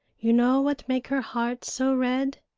you know what make her heart so red?